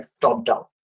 top-down